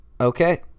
okay